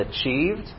achieved